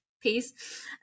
Peace